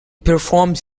performs